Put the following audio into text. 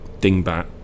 dingbat